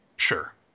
sure